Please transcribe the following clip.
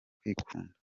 kwikunda